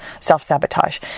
self-sabotage